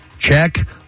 check